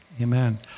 Amen